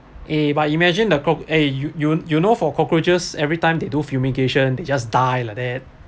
eh but imagine the cock~ eh you you you know for cockroaches every time they do fumigation they just die like that